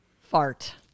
fart